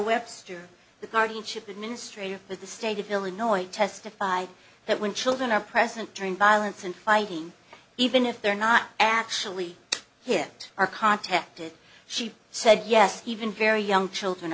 webster the guardianship administrator for the state of illinois testified that when children are present during violence and fighting even if they're not actually hit are contacted she said yes even very young children